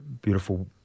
beautiful